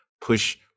push